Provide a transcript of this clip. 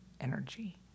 energy